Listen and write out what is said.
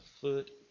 foot